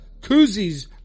Koozies